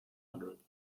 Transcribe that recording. hundredth